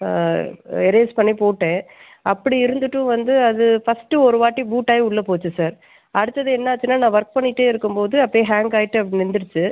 erase பண்ணிப் போட்டேன் அப்படி இருந்துவிட்டும் வந்து அது ஃபஸ்ட்டு ஒரு வாட்டி பூட்டாகி உள்ளே போச்சு சார் அடுத்தது என்னாச்சுனால் நான் ஒர்க் பண்ணிவிட்டே இருக்கும்போது அப்படியே ஹேங் ஆகிட்டு அப்படியே நின்றுருச்சு